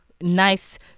nice